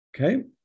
Okay